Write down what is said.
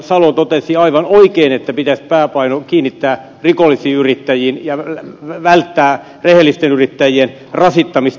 salo totesi aivan oikein että pitäisi pääpaino kiinnittää rikollisiin yrittäjiin ja välttää rehellisten yrittäjien rasittamista